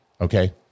Okay